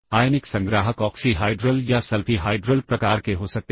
आप सब रूटीन को किसी भी जगह पर रख सकते हैं